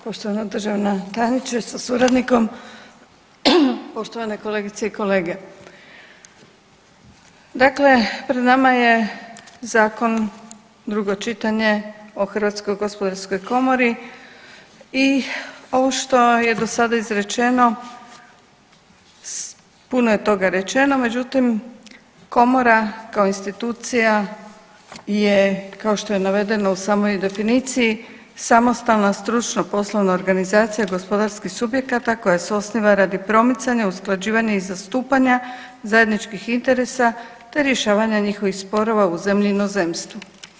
Poštovana državna tajnice sa suradnikom, poštovane kolegice i kolege, dakle pred nama je zakon drugo čitanje o HGK i ovo što je do sada izrečeno puno je toga rečeno međutim komora kao institucija je kao što je navedeno u samoj definiciji samostalna stručno poslovna organizacija gospodarskih subjekata koja se osniva radi promicanja, usklađivanja i zastupanja zajedničkih interesa te rješavanja njihovih sporova u zemlji i inozemstvu.